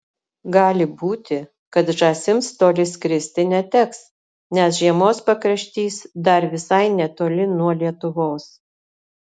gali būti kad žąsims toli skristi neteks nes žiemos pakraštys dar visai netoli nuo lietuvos